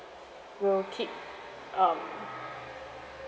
will keep um